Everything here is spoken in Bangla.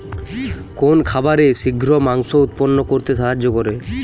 কোন খাবারে শিঘ্র মাংস উৎপন্ন করতে সাহায্য করে?